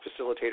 facilitator